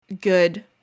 good